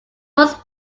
most